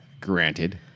granted